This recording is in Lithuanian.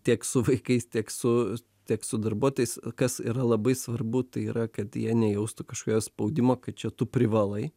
tiek su vaikais tiek su tiek su darbuotojais kas yra labai svarbu tai yra kad jie nejaustų kažkokio spaudimo kad čia tu privalai